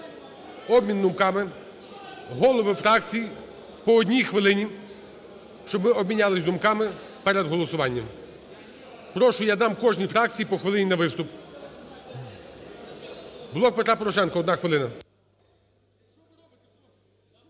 обмін думками. Голови фракцій, по одній хвилині, щоб ми обмінялись думками перед голосування. Прошу: я дам кожній фракції по хвилині на виступ. "Блок Петра Порошенка", одна хвилина.